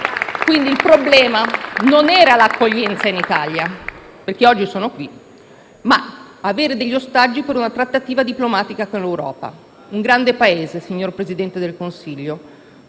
Quindi, il problema era non l'accoglienza in Italia, perché oggi sono qui, ma avere degli ostaggi per una trattativa diplomatica con l'Europa. Signor Presidente del Consiglio,